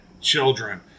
children